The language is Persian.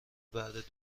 بعد